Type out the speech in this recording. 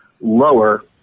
lower